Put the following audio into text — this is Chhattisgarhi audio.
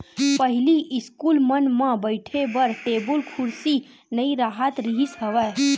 पहिली इस्कूल मन म बइठे बर टेबुल कुरसी नइ राहत रिहिस हवय